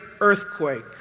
earthquake